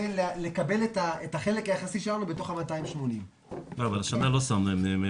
לקבל את החלק היחסי שלנו בתוך הסכום של 280. השנה לא שמנו.